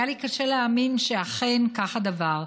היה לי קשה להאמין שאכן כך הדבר.